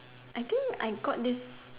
I think I got this